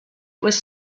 was